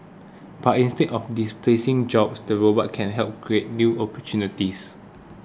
but instead of displacing jobs the robots can help create new opportunities